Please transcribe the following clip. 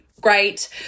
great